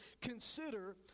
consider